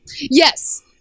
Yes